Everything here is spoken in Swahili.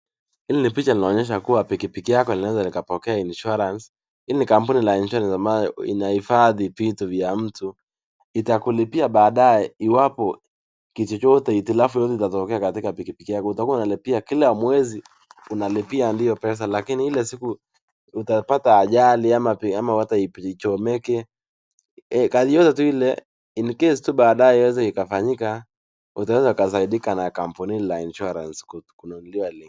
Hili ni picha inayoonyesha kuwa pikipiki yako inaweza ikapokea insurance . Hili ni kampuni la [c]sinsurance[c]s ambalo inahifadhi vitu vya mtu. Itakulipia baadaye iwapo chochote hitilafu itatokea katika pikipiki yako. Utakuwa unalipia kila mwezi unalipia ndio pesa lakini ile siku utapata ajali ama hata ichomeke, Ghali yeyote ile in case tu baadaye iweze ikafanyika utaweza kusaidika na kampuni hili la insurance kununuliwa hiyo.